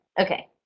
Okay